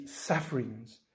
sufferings